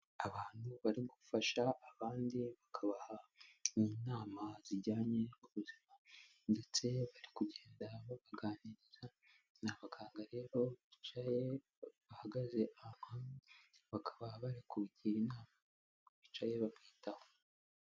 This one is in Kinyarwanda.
Abantu bari gufasha abandi bakabaha n'inama zijyanye n'ubuzima, ndetse bari kugenda babaganiriza ni abaganga rero bicaye, bahagaze ahantu hamwe, bakaba bari kubagira inama umuntu wicaye bamwitaho.